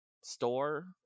store